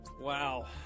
Wow